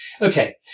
Okay